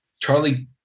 Charlie